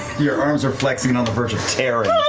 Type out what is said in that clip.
your arms are flexing on the verge of tearing.